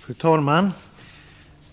Fru talman!